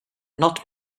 not